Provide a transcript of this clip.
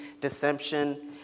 deception